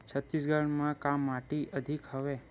छत्तीसगढ़ म का माटी अधिक हवे?